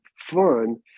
fun